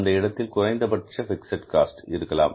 அந்த இடத்தில் குறைந்தபட்ச பிக்ஸட் காஸ்ட் இருக்கலாம்